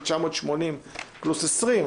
980 פלוס 20,